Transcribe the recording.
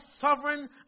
sovereign